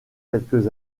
quelques